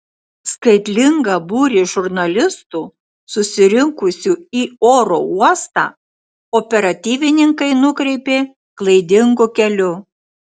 skaitlingą būrį žurnalistų susirinkusių į oro uostą operatyvininkai nukreipė klaidingu keliu